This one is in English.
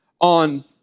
on